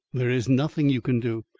there is nothing you can do.